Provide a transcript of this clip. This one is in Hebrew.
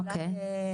אוקיי.